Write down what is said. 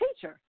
teacher